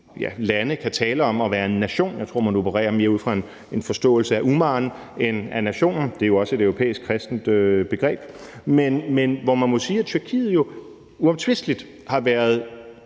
lande kan tale om at være en nation, jeg tror mere, man opererer ud fra en forståelse af umma end af nationen – det er jo også et europæisk-kristent begreb – jo uomtvisteligt har været